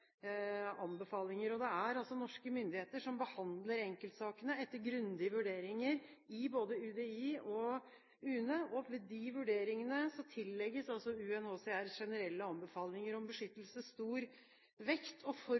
anbefalinger. Det er norske myndigheter som behandler enkeltsakene etter grundige vurderinger i både UDI og UNE, og ved de vurderingene tillegges UNHCRs generelle anbefalinger om beskyttelse stor vekt. For